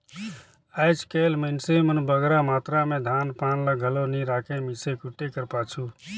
आएज काएल मइनसे मन बगरा मातरा में धान पान ल घलो नी राखें मीसे कूटे कर पाछू